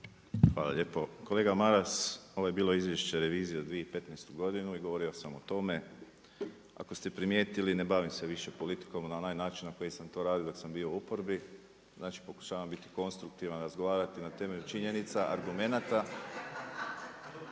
Hvala lijepo. Kolega Maras, ovo je bilo izvješće revizije za 2015. godinu i govorio sam o tome, ako ste primijetili ne bavim se više politikom na onaj način na koji sam to radio dok sam bio u oporbi, znači pokušavam biti konstruktivan, razgovarati na temelju činjenica, argumenata